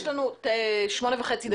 יש לנו שמונה דקות וחצי.